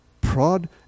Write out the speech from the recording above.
Prod